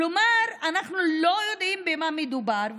כלומר אנחנו לא יודעים במה מדובר,